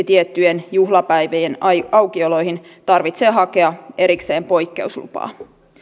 tiettyjen juhlapäivien aukioloihin tarvitsee hakea erikseen poikkeuslupaa